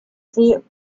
sie